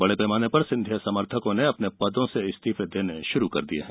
बड़े पैमाने पर सिंधिया समर्थकों ने अपने पदों से इस्तीफे देने शुरू कर दिए हैं